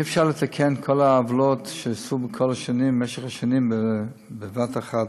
אי-אפשר לתקן את כל העוולות שעשו במשך השנים בבת אחת.